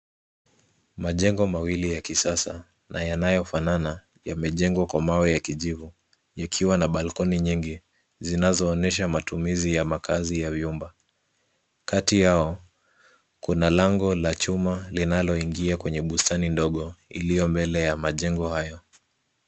Majengo mawili ya kisasa na yanayofanana ,yamejengwa kwa mawe ya kijivu, yakiwa na balcony nyingi zinazoonyesha matumizi ya makazi ya nyumba. Kati yao kuna lango la chuma linaloingia kwenye bustani ndogo iliyo mbele ya majengo hayo.